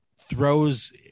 throws